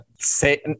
say